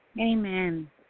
Amen